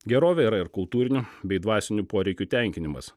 gerovė yra ir kultūrinių bei dvasinių poreikių tenkinimas